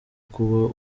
kuba